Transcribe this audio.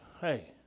Hey